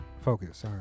Focus